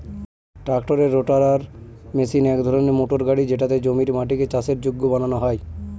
ট্রাক্টরের rotator machine এক ধরনের মোটর গাড়ি যেটাতে জমির মাটিকে চাষের যোগ্য বানানো হয়